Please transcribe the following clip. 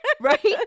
right